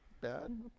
Bad